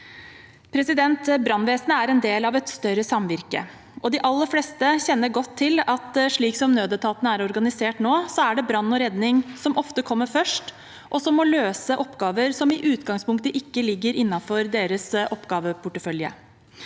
Brannvesenet er en del av et større samvirke, og de aller fleste kjenner godt til at slik nødetatene er organisert nå, er det brann og redning som ofte kommer først, og som må løse oppgaver som i utgangspunktet ikke ligger innenfor deres oppgaveportefølje.